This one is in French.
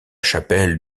chapelle